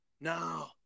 No